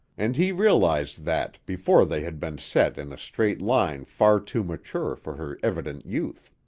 and he realized that before they had been set in a straight line far too mature for her evident youth.